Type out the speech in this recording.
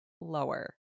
lower